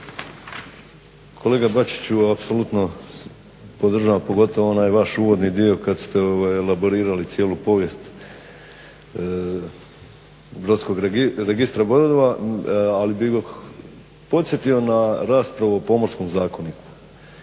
Kolega Bačiću apsolutno podržavam pogotovo onaj vaš uvodni dio kada ste elaborirali cijelu povijest brodskog, registra brodova. Ali bih vas podsjetio na raspravu o Pomorskom zakoniku.